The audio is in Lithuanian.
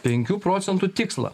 penkių procentų tikslą